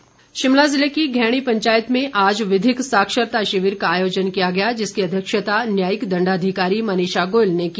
विधिक साक्षरता शिमला ज़िले की घैणी पंचायत में आज विधिक साक्षरता शिविर का आयोजन किया गया जिसकी अध्यक्षता न्यायिक दण्डाधिकारी मनीषा गोयल ने की